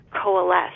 coalesce